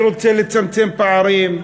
אני רוצה לצמצם פערים,